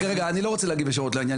רגע רגע אני לא רוצה להגיד ישירות לעניין